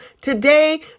today